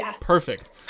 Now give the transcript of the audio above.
perfect